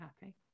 happy